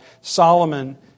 Solomon